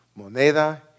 moneda